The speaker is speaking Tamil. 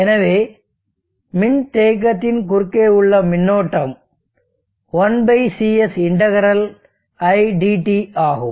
எனவே மின்தேக்கத்தின் குறுக்கே உள்ள மின்னழுத்தம் 1CS∫Idt ஆகும்